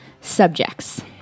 subjects